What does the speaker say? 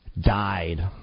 died